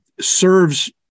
serves